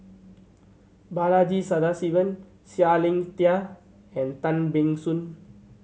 Balaji Sadasivan Seah Liang Seah and Tan Ban Soon